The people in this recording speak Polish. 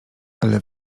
ale